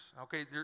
Okay